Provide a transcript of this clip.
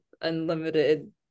unlimited